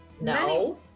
No